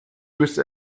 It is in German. müsste